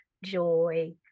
joy